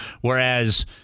whereas